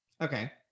Okay